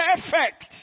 perfect